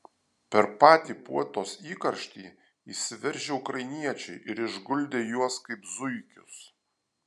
per patį puotos įkarštį įsiveržė ukrainiečiai ir išguldė juos kaip zuikius